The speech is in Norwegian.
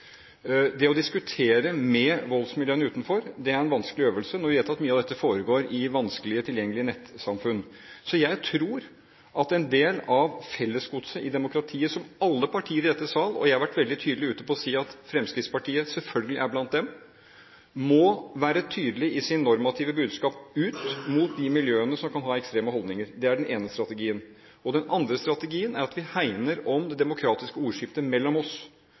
Det å diskutere med voldsmiljøene utenfor er en vanskelig øvelse når vi vet at mye av dette foregår i vanskelig tilgjengelige nettsamfunn. Jeg tror det er en del av fellesgodset i demokratiet at alle partier i denne sal – og jeg har vært veldig tydelig på at Fremskrittspartiet selvfølgelig er blant dem – må være tydelige i sitt normative budskap ut mot de miljøene som kan ha ekstreme holdninger. Det er den ene strategien. Den andre strategien er at vi hegner om det demokratiske ordskiftet mellom oss